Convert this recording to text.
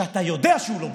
שאתה יודע שהוא לא בוצע.